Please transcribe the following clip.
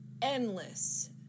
Endless